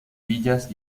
villas